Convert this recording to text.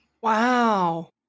wow